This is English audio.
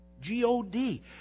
G-O-D